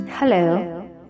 Hello